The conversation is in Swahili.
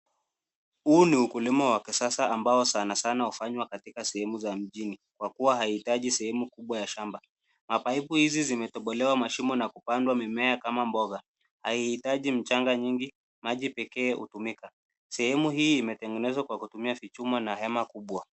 Huu ni ukulima wa kisasa ambao sanasana hufanywa katika sehemu za mjini kwa kuwa haihitaji sehemu kubwa ya shamba. Mapaipu hizi zimetobolewa mashimo na kupandwa mimea kama mboga. Haihitaji mchanga nyingi, maji pekee hutumika. Sehemu hii imetengenezwa kwa kutumia vichuma na hema kubwa.